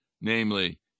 namely